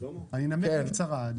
אני אנמק בקצרה.